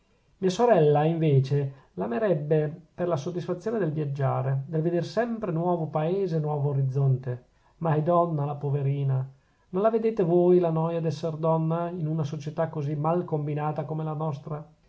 mia sorella invece l'amerebbe per la soddisfazione del viaggiare del veder sempre nuovo paese e nuovo orizzonte ma è donna la poverina non la vedete voi la noia dell'esser donna in una società così mal combinata come la nostra